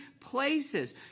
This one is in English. places